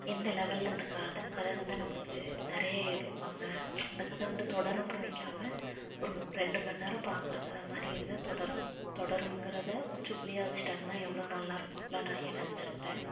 எந்த லெவலில் இந்த காலத்து கதை வந்து நம்மளுக்கு நிறையா எடுப்பாங்க இந்த கதை வந்து தொடரும்னு வைக்காமல் ஒரு ரெண்டு மணி நேரம் பார்க்குற கதை மாதிரி இருந்தால் தொடரும் தொடரும்ங்கிறத முற்றுப்புள்ளியாக வச்சுட்டாங்கன்னா எவ்வளோ நல்லா இருக்கும் அப்பிடிலாம் நிறையா நினச்சிருக்குறேன்